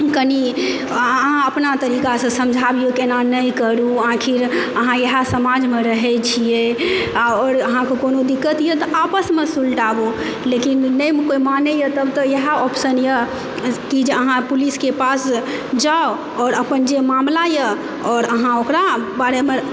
कनि अहाँ अपना तरीका सॅं समझाबी अहाँ एना नहि करु आखिर अहाँ इएह समाजमे रहै छियै आ आओर कोनो अहाँकेँ दिक्कत यऽ तऽ आपसमे सुलटाबु लेकिन नहि कोनो मानैया तऽ इएह ऑप्शन यऽ कि अहाँ पुलिस के पास जाउ आ अपन जे मामला यऽ आओर अहाँ ओकरा बारेमे